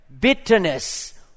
bitterness